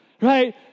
right